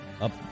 up